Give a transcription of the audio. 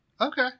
okay